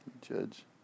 Judge